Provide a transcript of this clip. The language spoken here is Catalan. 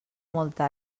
molta